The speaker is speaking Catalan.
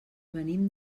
venim